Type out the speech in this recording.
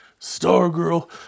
Stargirl